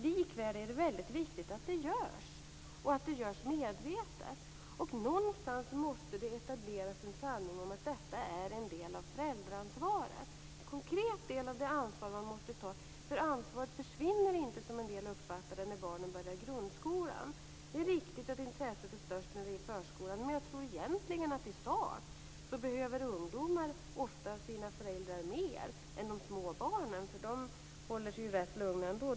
Likväl är det viktigt att det görs och att det görs medvetet. Någonstans måste det etableras en sanning om att detta är en del av föräldraansvaret, dvs. en konkret del av det ansvar föräldrar måste ta. Ansvaret försvinner inte - som en del uppfattar det - när barnen börjar grundskolan. Det är riktigt att intresset är störst när barnen går i förskolan. Men ofta behöver ungdomar sina föräldrar mer än småbarnen - de håller sig ju rätt lugna ändå.